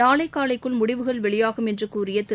நாளை காலைக்குள் முடிவுகள் வெளியாகும் என்று கூறிய திரு